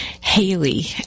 Haley